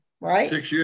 right